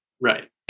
right